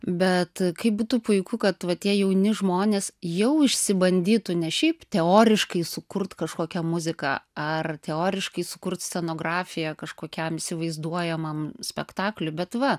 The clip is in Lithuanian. bet kaip būtų puiku kad va tie jauni žmonės jau išsibandytų ne šiaip teoriškai sukurt kažkokią muziką ar teoriškai sukurt scenografiją kažkokiam įsivaizduojamam spektakliui bet va